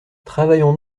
travaillons